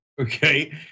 okay